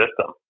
system